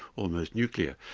almost nuclear,